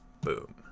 boom